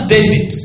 David